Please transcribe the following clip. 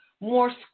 more